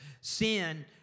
sin